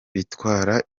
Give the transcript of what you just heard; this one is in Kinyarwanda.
bitwara